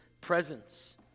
presence